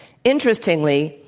interestingly,